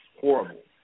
horrible